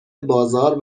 بازار